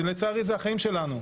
ולצערי, אלה החיים שלנו.